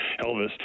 Elvis